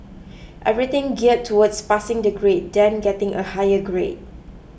everything gear towards passing the grade then getting a higher grade